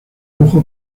lujo